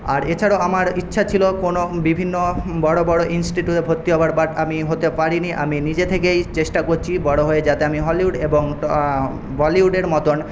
আর এছাড়াও আমার ইচ্ছা ছিল কোনও বিভিন্ন বড়ো বড়ো ইনস্টিটিউয়ে ভর্তি হওয়ার বাট আমি হতে পারি নি আমি নিজে থেকেই চেষ্টা করছি বড়ো হয়ে যাতে আমি হলিউড এবং বলিউডের মতোন